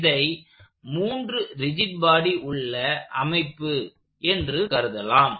இதை மூன்று rigid body உள்ள அமைப்பு என்று கருதலாம்